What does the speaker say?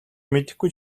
мэдэхгүй